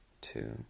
two